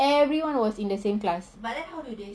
everyone was in the same class